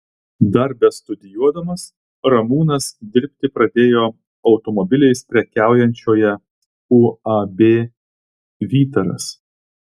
dar bestudijuodamas ramūnas dirbti pradėjo automobiliais prekiaujančioje uab vytaras